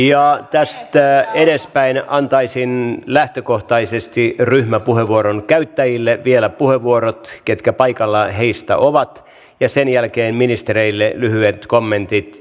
ja tästä edespäin antaisin lähtökohtaisesti ryhmäpuheenvuoron käyttäjille vielä puheenvuorot ketkä heistä ovat paikalla ja sen jälkeen ministereille lyhyet kommentit